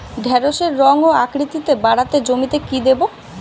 ঢেঁড়সের রং ও আকৃতিতে বাড়াতে জমিতে কি দেবো?